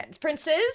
Princes